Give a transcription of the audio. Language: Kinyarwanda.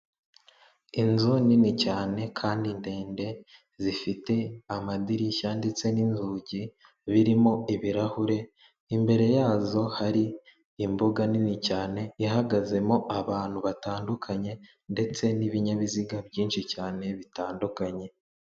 Inzu nini cyane kandi ndende zifite amadirishya ndetse n'inzugi birimo ibirahure, imbere yazo hari imbuga nini cyane ihagazemo abantu batandukanye ndetse n'ibinyabiziga byinshi cyane bitandukanye.